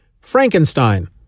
Frankenstein